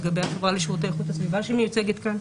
לגבי החברה לשירותי איכות הסביבה שמיוצגת כאן.